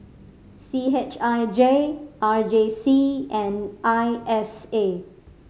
C H I J R J C and I S A